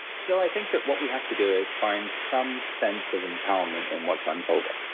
so, i think that what we have to do is find some sense of empowerment in what's unfolding,